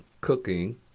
cooking